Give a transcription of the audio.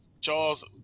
Charles